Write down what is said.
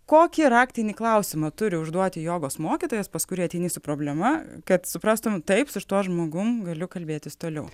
kokį raktinį klausimą turi užduoti jogos mokytojas pas kurį ateini su problema kad suprastum taip su tuo žmogum galiu kalbėtis toliau